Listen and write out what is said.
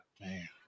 Man